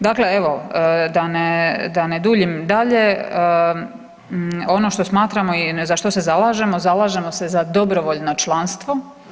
Dakle evo da ne, da ne duljim dalje ono što smatramo i za što se zalažemo, zalažemo se za dobrovoljno članstvo.